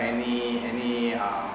any any um